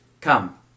Come